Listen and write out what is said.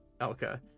Elka